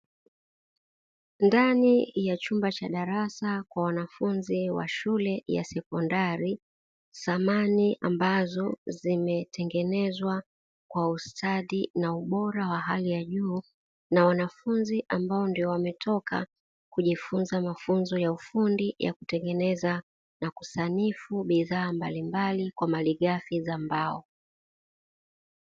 Ndani ya chumba cha darasa kwa wanafunzi wa shule ya sekondari. Samani ambazo zimetengenezwa kwa ustadi na ubora wa hali ya juu na wanafunzi ambao ndio wametoka kujifunza mafunzo ya ufundi ya kutengeneza na kusanifu bidhaa mbalimbali kwa malighafi za mbao.